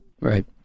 Right